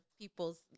people's